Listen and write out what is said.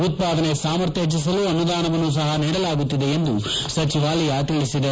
ಉತ್ಪಾದನೆ ಸಾಮರ್ಥ್ವ ಹೆಚ್ಚಸಲು ಅನುದಾನವನ್ನೂ ಸಹ ನೀಡಲಾಗುತ್ತಿದೆ ಎಂದು ಸಚಿವಾಲಯ ತಿಳಿಸಿದೆ